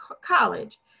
college